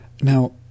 now